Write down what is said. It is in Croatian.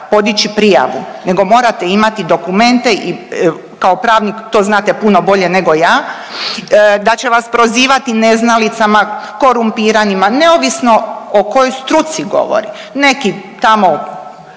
podići prijavu nego morate imati dokumente, kao pravnik to znate puno bolje nego ja, da će vas prozivati neznalicama, korumpiranima, neovisno o kojoj struci govori, neki tamo